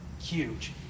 Huge